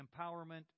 empowerment